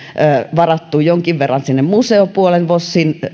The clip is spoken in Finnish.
varattu jonkin verran museopuolen vosin